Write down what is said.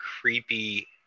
creepy